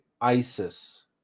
Isis